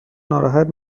ناراحت